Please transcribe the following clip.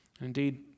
Indeed